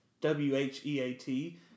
W-H-E-A-T